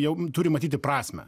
jau turi matyti prasmę